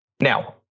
Now